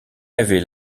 avait